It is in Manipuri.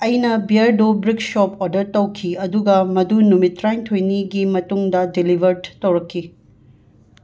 ꯑꯩꯅ ꯕꯤꯌꯥꯔꯗꯣ ꯕ꯭ꯔꯤꯛ ꯁꯣꯞ ꯑꯣꯗꯔ ꯇꯧꯈꯤ ꯑꯗꯨꯒ ꯃꯗꯨ ꯅꯨꯃꯤꯠ ꯇꯔꯥꯅꯤꯊꯣꯏꯅꯤꯒꯤ ꯃꯇꯨꯡꯗ ꯗꯤꯂꯤꯚꯔꯠ ꯇꯧꯔꯛꯈꯤ